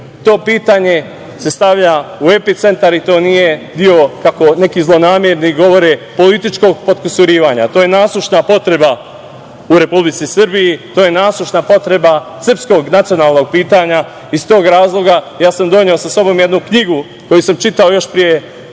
To pitanje se stavlja u epicentar i to nije bilo, kako neki zlonamerni govore, političko potkusurivanje. To je nasušna potreba u Republici Srbiji, to je nasušna potreba srpskog nacionalnog pitanja. Iz tog razloga sam sa sobom doneo jednu knjigu, koju sam čitao još pre